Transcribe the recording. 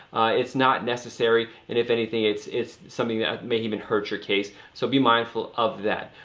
it's not necessary. and if anything it's it's something that may even hurt your case. so be mindful of that.